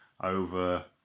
over